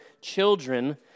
children